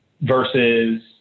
Versus